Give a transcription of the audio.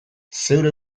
zeure